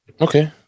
okay